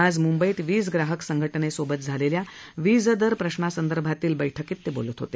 आज मुंबईत वीज ग्राहक संघटनेसोबत झालेल्या वीज दर प्रश्नासंदर्भातील बैठकीत ते बोलत होते